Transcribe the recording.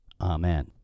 Amen